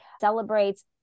celebrates